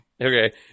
Okay